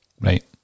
Right